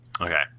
Okay